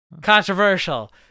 controversial